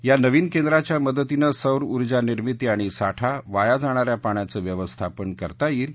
या नवीन केंद्राच्या मदतीनं सौर उर्जा निर्मिती आणि साठा वाया जाणा या पाण्याचं व्यवस्थापन करता येईल